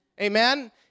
Amen